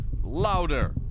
Louder